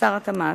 שר התמ"ת,